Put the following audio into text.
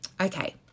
Okay